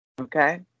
okay